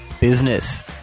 Business